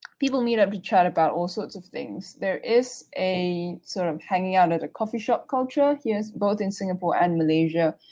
people meet up to chat about all sorts of things. there is a sort of hanging out at a coffee shop culture, here both in singapore and malaysia,